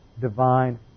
divine